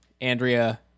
andrea